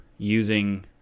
using